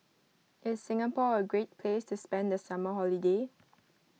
is Singapore a great place to spend the summer holiday